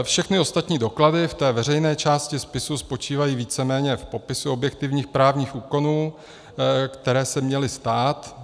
Všechny ostatní doklady ve veřejné části spisu spočívají víceméně v popisu objektivních právních úkonů, které se měly stát.